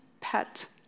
pet